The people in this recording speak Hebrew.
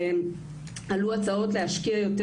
עלו הצעות להשקיע יותר,